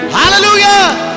hallelujah